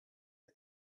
the